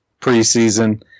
preseason